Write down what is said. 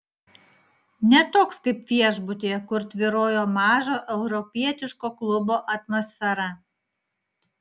ne toks kaip viešbutyje kur tvyrojo mažo europietiško klubo atmosfera